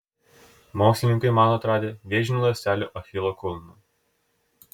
mokslininkai mano atradę vėžinių ląstelių achilo kulną